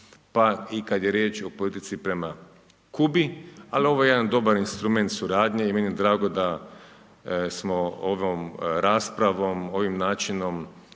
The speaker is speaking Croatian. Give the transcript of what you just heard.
pa i kad je riječ o politici prema Kubi, ali ovo je jedan dobar instrument suradnje i meni je drago da smo ovom raspravom, ovim načinom